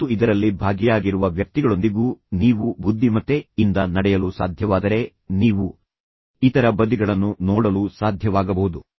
ಮತ್ತು ಇದರಲ್ಲಿ ಭಾಗಿಯಾಗಿರುವ ವ್ಯಕ್ತಿಗಳೊಂದಿಗೂ ನೀವು ಬುದ್ದಿಮತ್ತೆ ಇಂದ ನಡೆಯಲು ಸಾಧ್ಯವಾದರೆ ನೀವು ಅನೇಕ ಇತರ ಆಹ್ಲಾದಕರ ಬದಿಗಳನ್ನು ನೋಡಲು ಸಾಧ್ಯವಾಗಬಹುದು